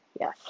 yes